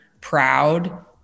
proud